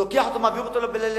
לוקח אותם, מעביר אותם לבית-סוהר.